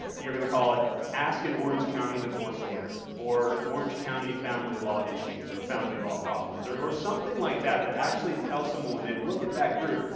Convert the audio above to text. you're going to call it ask an orange county divorce lawyer. or orange country family law issues or family law problems or or something like that, that actually tells someone when they look at that group,